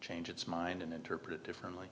change its mind and interpret it differently